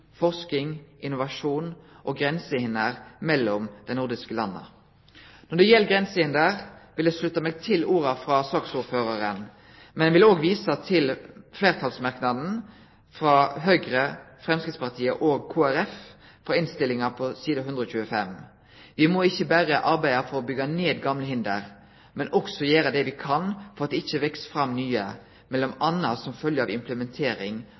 forsking, innovasjon og grensehinder mellom dei nordiske landa. Når det gjeld grensehinder, vil eg slutte meg til orda frå saksordføraren, men eg vil òg vise til fleirtalsmerknaden frå Høgre, Framstegspartiet og Kristeleg Folkeparti i Innst. 125 S. Me må ikkje berre arbeide for å byggje ned gamle hinder, men også gjere det me kan for at det ikkje veks fram nye, m.a. som følgje av